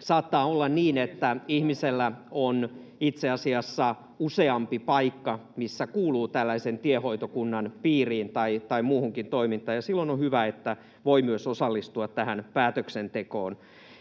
saattaa olla niin, että ihmisellä on itse asiassa useampi paikka, missä hän kuuluu tällaisen tiehoitokunnan piiriin tai muuhunkin toimintaan, ja silloin on hyvä, että voi myös osallistua tähän päätöksentekoon.